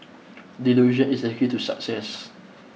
delusion is the key to success